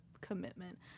commitment